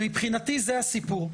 ומבחינתי זה הסיפור.